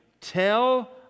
tell